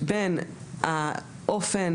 משרד המשפטים